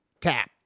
tap